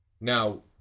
Now